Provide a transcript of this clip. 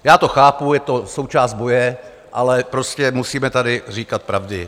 Já to chápu, je to součást boje, ale prostě musíme tady říkat pravdy.